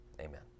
Amen